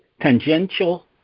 tangential